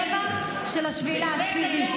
בטבח של 7 באוקטובר.